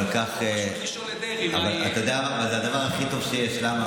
היום אני נזהר בתשובות שאני נותן על מסקנות שהוגשו לפני כן,